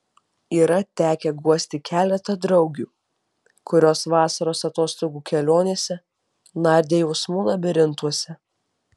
yra tekę guosti keletą draugių kurios vasaros atostogų kelionėse nardė jausmų labirintuose